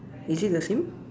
is it the same